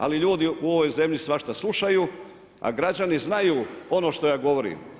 Ali ljudi u ovoj zemlji svašta slušaju, a građani znaju ono što ja govorim.